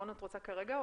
נהון, את רוצה כרגע?